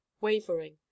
Wavering